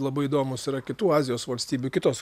labai įdomūs yra kitų azijos valstybių kitos